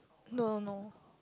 no no no